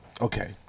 okay